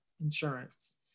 insurance